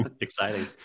Exciting